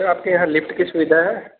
سر آپ کے یہاں لفٹ کی سویدھا ہے